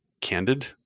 candid